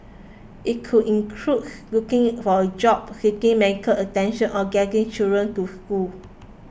it could include looking for a job seeking medical attention or getting children to school